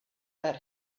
that